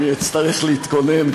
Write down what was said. אני אצטרך להתכונן,